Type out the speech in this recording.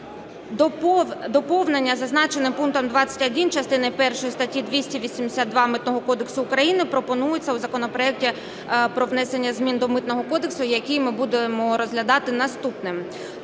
Доповнення, зазначене пунктом 21 частини першої статті 282 Митного кодексу України, пропонується в законопроекті про внесення змін до Митного кодексу, який ми будемо розглядати наступним.